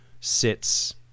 sits